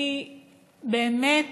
אני באמת,